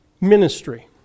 Ministry